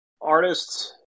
artists